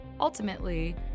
Ultimately